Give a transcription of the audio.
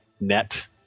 net